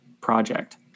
project